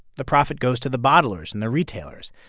the profit goes to the bottlers and the retailers.